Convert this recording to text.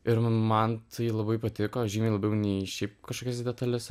ir man tai labai patiko žymiai labiau nei šiaip kažkokias detales